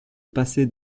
passé